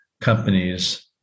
companies